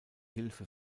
hilfe